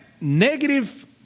negative